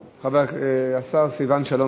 תועבר לדיון בוועדת הפנים.